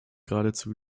geradezu